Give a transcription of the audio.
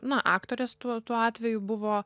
na aktorės tuo tuo atveju buvo